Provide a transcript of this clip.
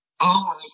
hours